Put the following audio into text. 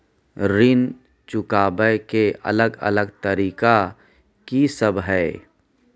ऋण चुकाबय के अलग अलग तरीका की सब हय?